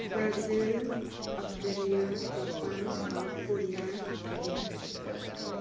Brazil Australia Japan South Korea Thailand